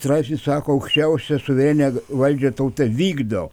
straipsnis sako aukščiausią suverenią valdžią tauta vykdo